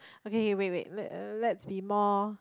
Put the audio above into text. okay wait wait le~ let's be more